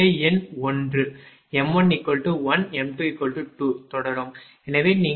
எனவே நீங்கள் D10